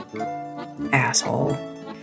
Asshole